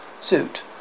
Suit